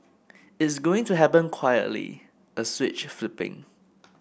it's going to happen quietly a switch flipping